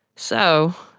so,